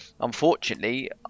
unfortunately